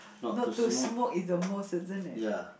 not to smoke is the most isn't it